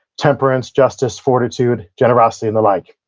temperance, justice, fortitude, generosity and the like.